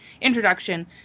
introduction